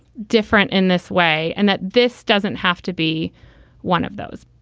different in this way and that this doesn't have to be one of those.